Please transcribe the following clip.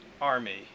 Army